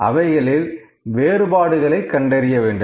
அவைகளில் வேறுபாடுகளைக் கண்டறிய வேண்டும்